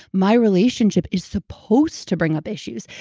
my relationship is supposed to bring up issues.